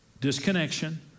disconnection